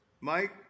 Mike